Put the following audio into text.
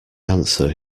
answer